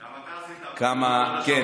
גם אתה עשית הרבה, בנושא הזה.